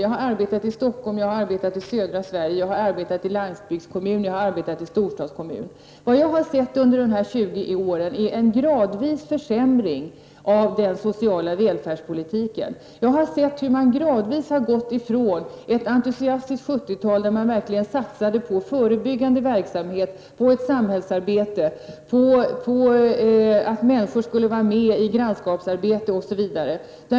Jag har arbetat i Stockholm och i södra Sverige, jag har arbetat i landsbygdskommun och i storstadskommun. Jag har under dessa 20 år sett en gradvis försämring av den sociala välfärdspolitiken. Jag har sett hur man gradvis har gått ifrån ett entusiastiskt 70-tal, då man verkligen satsade på förebyggande verksamhet, på ett samhällsarbete, på att människor skulle vara med i grannskapsarbete, osv.